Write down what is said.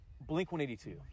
Blink-182